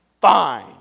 fine